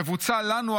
מבוצע לנו,